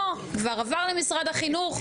לא כבר עבר למשרד החינוך,